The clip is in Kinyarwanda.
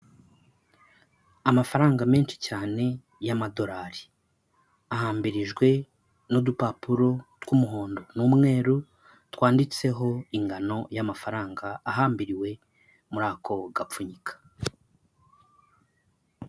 Amafaranga menshi cyane y'amadorari, ahambirijwe n'udupapuro tw'umuhondo n'umweru twanditseho ingano y'amafaranga ahambiriwe muri ako gapfunyika.